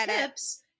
tips